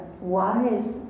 wise